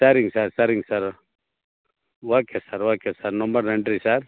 சரிங்க சார் சரிங்க sir okay sir okay sir ரெம்ப நன்றி சார்